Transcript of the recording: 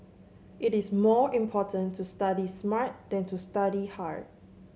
it is more important to study smart than to study hard